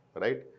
right